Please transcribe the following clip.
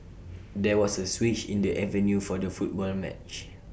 there was A switch in the venue for the football match